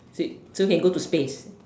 so can go to space